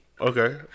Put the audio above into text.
Okay